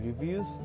reviews